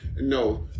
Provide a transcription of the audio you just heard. No